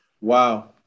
Wow